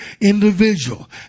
individual